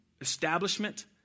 establishment